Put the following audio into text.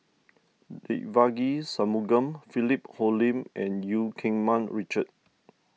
Devagi Sanmugam Philip Hoalim and Eu Keng Mun Richard